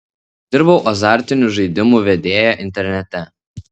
dirbau azartinių žaidimų vedėja internete